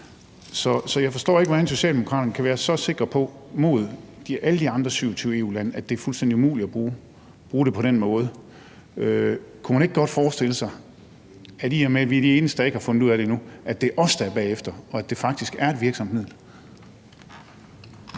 Så jeg forstår ikke, hvordan Socialdemokraterne kan være sikre på – modsat alle de andre 27 EU-lande – at det er fuldstændig umuligt at bruge det på den måde. Kunne man ikke godt forestille sig, i og med vi er de eneste, der ikke har fundet ud af det nu, at det er os, der er bagefter, og at det faktisk er et virksomt